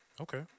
Okay